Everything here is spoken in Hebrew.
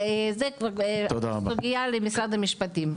זו סוגיה למשרד המשפטים.